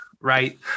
right